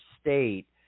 state